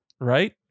right